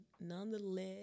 nonetheless